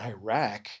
Iraq